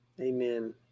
Amen